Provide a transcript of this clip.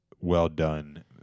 well-done